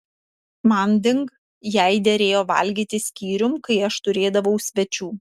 manding jai derėjo valgyti skyrium kai aš turėdavau svečių